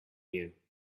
you